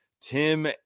Tim